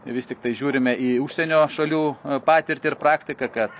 vis tiktai žiūrime į užsienio šalių patirtį ir praktiką kad